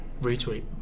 Retweet